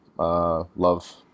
Love